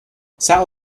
sal